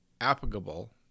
applicable